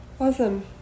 awesome